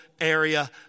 area